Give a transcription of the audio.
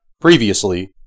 Previously